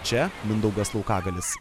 čia mindaugas laukagalnis